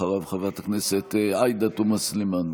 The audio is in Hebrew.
אחריו, חברת הכנסת עאידה תומא סלימאן.